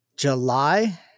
July